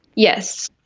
yes.